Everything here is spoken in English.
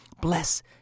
Bless